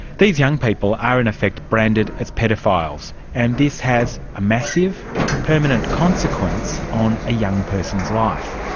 these young people are in effect branded as paedophiles, and this has a massive permanent consequence on a young person's life.